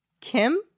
Kim